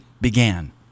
began